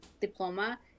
diploma